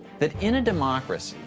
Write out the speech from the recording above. that in a democracy,